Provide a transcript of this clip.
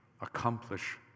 accomplish